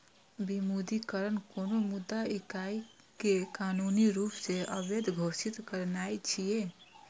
विमुद्रीकरण कोनो मुद्रा इकाइ कें कानूनी रूप सं अवैध घोषित करनाय छियै